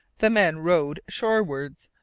the men rowed shorewards,